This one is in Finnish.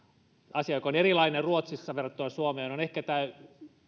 asia joka on erilainen ruotsissa verrattuna suomeen on ehkä